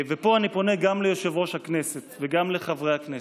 ופה אני פונה גם ליושב-ראש הכנסת וגם לחברי הכנסת: